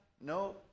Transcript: no